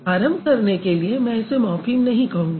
आरंभ करने के लिए मैं इसे मॉर्फ़िम नहीं कहूँगी